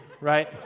right